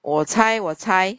我猜我猜